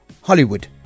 Hollywood